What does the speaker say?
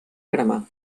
cremar